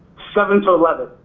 seven to eleven?